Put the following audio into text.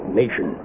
nation